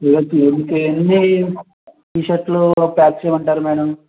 ఎన్ని టీ షర్ట్లు ప్యాక్ చేయమంటారు మేడం